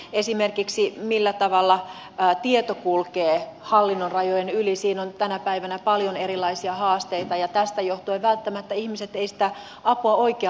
esimerkiksi siinä millä tavalla tieto kulkee hallinnonrajojen yli on tänä päivänä paljon erilaisia haasteita ja tästä johtuen välttämättä ihmiset eivät sitä apua oikea aikaisesti saa